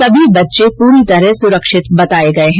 सभी बच्चे पूरी तरह सुरक्षित बताये गये हैं